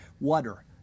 water